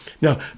Now